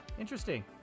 interesting